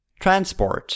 transport